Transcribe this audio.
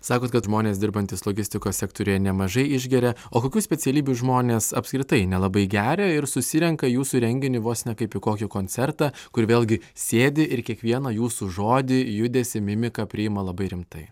sakot kad žmonės dirbantys logistikos sektoriuje nemažai išgeria o kokių specialybių žmonės apskritai nelabai geria ir susirenka į jūsų renginį vos ne kaip į kokį koncertą kur vėlgi sėdi ir kiekvieną jūsų žodį judesį mimiką priima labai rimtai